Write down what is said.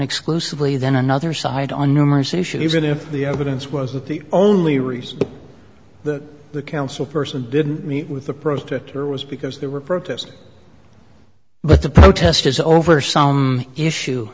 exclusively than another side on numerous issues even if the evidence was that the only reason that the council person didn't meet with the protester was because there were protests but the protest is over some issue